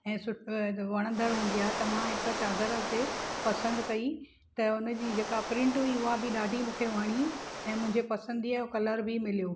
ऐं वणंदड़ हूंदी आहे त मां हिकु चादरु हुते पसंदि कई त हुन जी जेका प्रिंट हुई उहा बि ॾाढी मूंखे वणी ऐं मुंहिंजे पसंदीअ जो कलर बि मिलियो